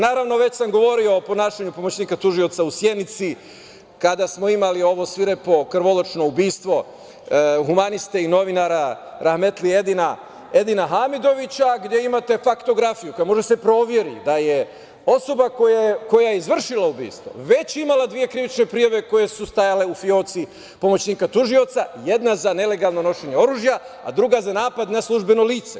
Naravno, već sam govorio o ponašanju pomoćnika tužioca u Sjenici kada smo imali ovo svirepo, krvoločno ubistvo, humaniste i novinara, rahmetli Edina Hamidovića gde imate faktografiju, samo da se proveri da je osoba koja je izvršila ubistvo već imala dve krivične prijave koje su stajale u fioci pomoćnika tužioca, jedan za nelegalno nošenje oružja, a druga za napad na službeno lice.